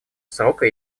срока